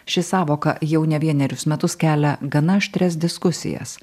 ši sąvoka jau ne vienerius metus kelia gana aštrias diskusijas